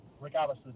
regardless